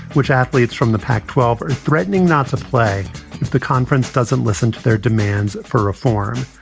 which athletes from the pac twelve are threatening not to play if the conference doesn't listen to their demands for reform.